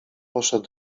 poszedł